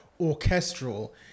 orchestral